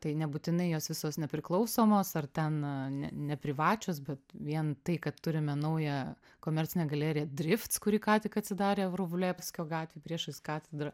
tai nebūtinai jos visos nepriklausomos ar ten ne neprivačios bet vien tai kad turime naują komercinę galeriją drifts kuri ką tik atsidarė vruvlevskio gatvėj priešais katedrą